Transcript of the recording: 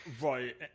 Right